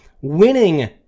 winning